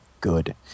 good